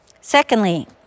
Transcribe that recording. Secondly